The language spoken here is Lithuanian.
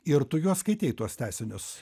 ir tu juos skaitei tuos teisinius